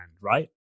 right